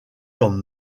comme